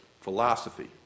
philosophy